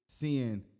seeing